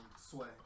Sway